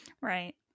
Right